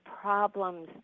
problems